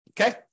Okay